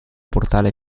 portale